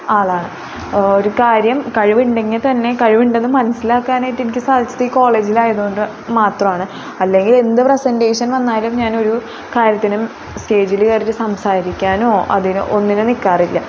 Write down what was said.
ആളാണ് ഒരു കാര്യം കഴിവുണ്ടെങ്കിൽ തന്നെ കഴിവുണ്ടെന്ന് മനസ്സിലാക്കാനായിട്ട് എനിക്ക് സാധിച്ചത് ഈ കോളേജിലായത് കൊണ്ട് മാത്രമാണ് അല്ലെങ്കിൽ എന്ത് പ്രെസൻറ്റേഷൻ വന്നാലും ഞാനൊരു കാര്യത്തിലും സ്റ്റേജിൽ കയറിയിട്ട് സംസാരിക്കാനോ അതിന് ഒന്നിനും നിൽക്കാറില്ല